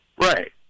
Right